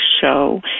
show